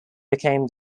became